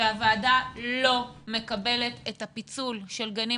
הוועדה לא מקבלת את הפיצול של גנים